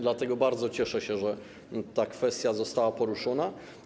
Dlatego bardzo się cieszę, że ta kwestia została poruszona.